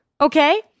Okay